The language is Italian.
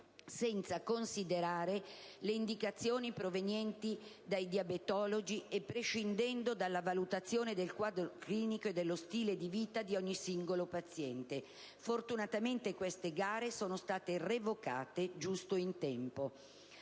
senza considerare le indicazioni provenienti dai diabetologi e prescindendo dalla valutazione del quadro clinico e dello stile di vita di ogni singolo paziente. Fortunatamente quelle gare sono state revocate giusto in tempo.